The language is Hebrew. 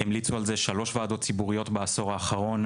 המליצו על זה שלוש ועדות ציבוריות בעשור האחרון.